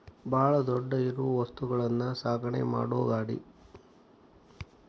ಬಾಳ ದೊಡ್ಡ ಇರು ವಸ್ತುಗಳನ್ನು ಸಾಗಣೆ ಮಾಡು ಗಾಡಿ